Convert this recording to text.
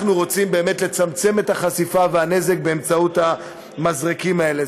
אנחנו רוצים באמת לצמצם את החשיפה והנזק באמצעות המזרקים האלה.